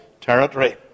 territory